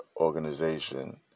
organization